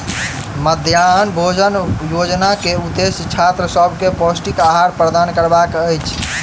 मध्याह्न भोजन योजना के उदेश्य छात्र सभ के पौष्टिक आहार प्रदान करबाक अछि